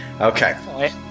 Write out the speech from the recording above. Okay